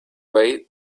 way